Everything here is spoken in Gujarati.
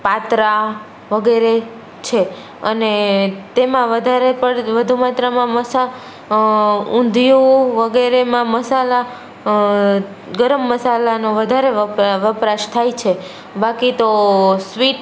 પાતરા વગેરે છે અને તેમાં વધારે પણ વધુ માત્રામાં મસા ઊંધિયું વગેરેમાં મસાલા ગરમ મસાલાનો વધારે વપરાશ થાય છે બાકી તો સ્વીટ